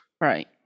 Right